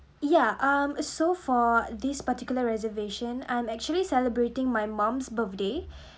ya um so for this particular reservation I'm actually celebrating my mum's birthday